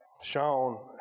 Sean